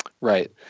Right